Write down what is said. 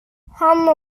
han